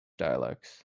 dialects